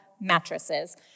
mattresses